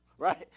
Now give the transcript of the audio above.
Right